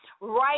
right